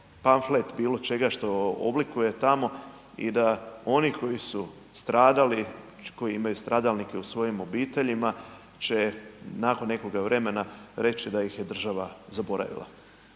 pamflet bilo čega što oblikuje tamo i da oni koji su stradali, koji imaju stradalnike u svojim obiteljima će nakon nekoga vremena reći da ih je država zaboravila